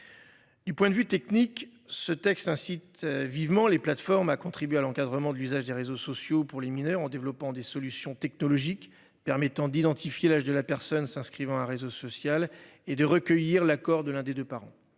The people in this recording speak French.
Du point de vue technique ce texte incite vivement les plateformes a contribué à l'encadrement de l'usage des réseaux sociaux pour les mineurs en développant des solutions technologiques permettant d'identifier l'âge de la personne s'inscrivant un réseau social et de recueillir l'accord de l'un des deux parents.